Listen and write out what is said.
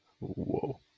Whoa